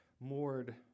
moored